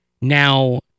Now